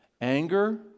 Anger